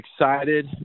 excited